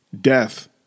death